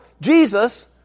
Jesus